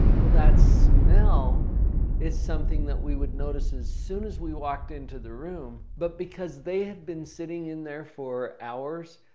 well, that smell is something that we would notice as soon as we walked into the room. but because they had been sitting in there for hours,